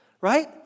right